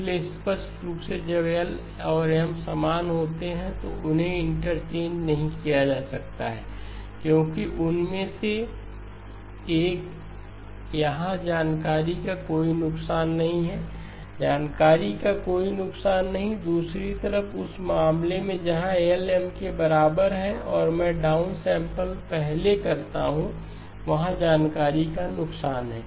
इसलिए स्पष्ट रूप से जब L और M समान होते हैं तो उन्हें इंटरचेंज नहीं किया जा सकता है क्योंकि उनमें से एक यहां जानकारी का कोई नुकसान नहीं है जानकारी का कोई नुकसान नहीं है दूसरी तरफ उस मामले में जहां एल एम के बराबर है और मैं डाउन सैंपल पहले करता हूं वहां जानकारी का नुकसान है